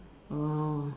orh